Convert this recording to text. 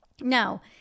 now